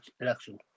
election